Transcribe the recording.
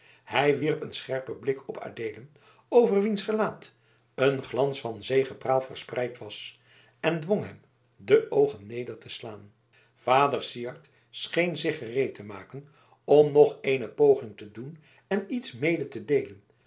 hij wierp een scherpen blik op adeelen over wiens gelaat een glans van zegepraal verspreid was en dwong hem de oogen neder te slaan vader syard scheen zich gereed te maken om nog eene poging te doen en iets mede te deelen